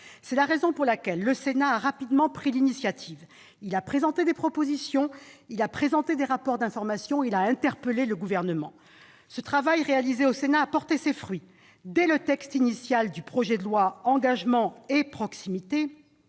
C'est la raison pour laquelle le Sénat a rapidement pris l'initiative : il a présenté des propositions de loi, des rapports d'information et a interpellé le Gouvernement. Le travail réalisé au Sénat a porté ses fruits. Dès la version initiale du projet de loi Engagement et proximité,